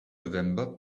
november